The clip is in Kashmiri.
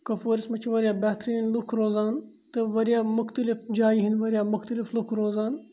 کپوٲرِس منٛز چھِ واریاہ بہتریٖن لُکھ روزان تہٕ واریاہ مُختٔلِف جایہِ ہِنٛدۍ واریاہ مُختلِف لُکھ روزان